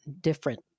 different